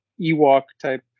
Ewok-type